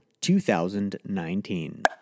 2019